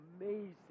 amazing